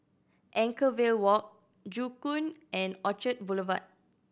Anchorvale Walk Joo Koon and Orchard Boulevard